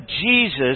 Jesus